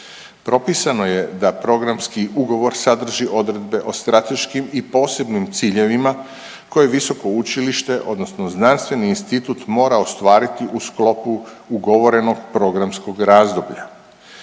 Propisano je da programski ugovor sadrži odredbe o strateškim i posebnim ciljevima koje visoko učilište odnosno znanstveni institut mora ostvariti u sklopu ugovorenog programskog razdoblja.